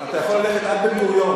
אתה יכול ללכת עד בן-גוריון.